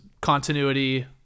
continuity